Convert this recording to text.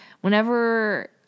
whenever